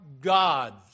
God's